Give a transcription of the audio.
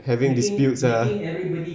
having disputes ah